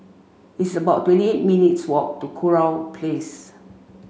it's about twenty eight minutes' walk to Kurau Place